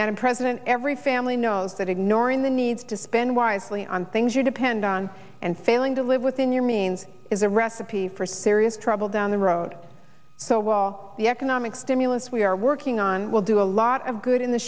madam president every family knows that ignoring the need to spend wisely on things you depend on and failing to live within your means is a recipe for serious trouble down the road so the economic stimulus we are working on will do a lot of good in the